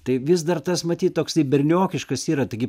tai vis dar tas matyt toksai berniokiškas yra taigi